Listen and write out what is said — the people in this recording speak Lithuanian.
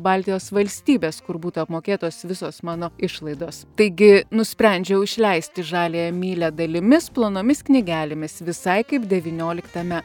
baltijos valstybes kur būtų apmokėtos visos mano išlaidos taigi nusprendžiau išleisti žaliąją mylią dalimis plonomis knygelėmis visai kaip devynioliktame